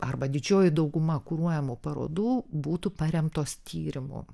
arba didžioji dauguma kuruojamų parodų būtų paremtos tyrimu